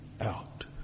out